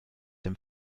dem